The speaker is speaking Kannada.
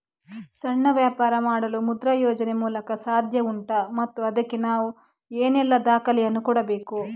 ಸಣ್ಣ ವ್ಯಾಪಾರ ಮಾಡಲು ಮುದ್ರಾ ಯೋಜನೆ ಮೂಲಕ ಸಾಧ್ಯ ಉಂಟಾ ಮತ್ತು ಅದಕ್ಕೆ ನಾನು ಏನೆಲ್ಲ ದಾಖಲೆ ಯನ್ನು ಕೊಡಬೇಕು?